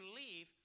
leave